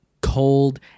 cold